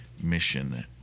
Mission